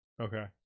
okay